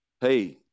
Hey